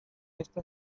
esta